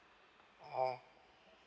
ah